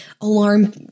alarm